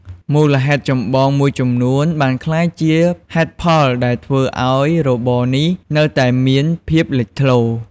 មូលហេតុចម្បងមួយចំនួនបានក្លាយជាហេតុផលដែលធ្វើឱ្យរបរនេះនៅតែមានភាពលេចធ្លោ។